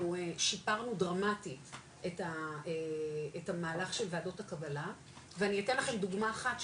אנחנו שיפרנו דרמטית את המהלך של וועדות הקבלה ואני אתן לכם דוגמא אחת,